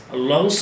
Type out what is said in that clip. Allah